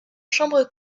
chambre